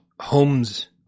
homes